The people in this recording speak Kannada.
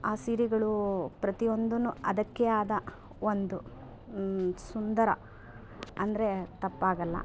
ಆ ಸೀರೆಗಳು ಪ್ರತಿಯೊಂದನ್ನು ಅದಕ್ಕೆ ಅದು ಒಂದು ಸುಂದರ ಅಂದರೆ ತಪ್ಪಾಗಲ್ಲ